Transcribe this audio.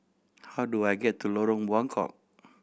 how do I get to Lorong Buangkok